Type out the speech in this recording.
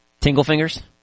Tinglefingers